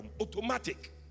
Automatic